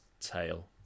tail